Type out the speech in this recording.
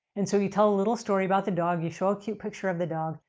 and so, you tell a little story about the dog. you show a cute picture of the dog.